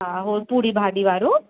हा हो पूड़ी भाॼी वारो